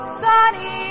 sunny